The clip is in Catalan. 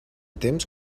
temps